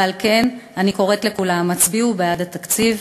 ועל כן אני קוראת לכולם, הצביעו בעד התקציב.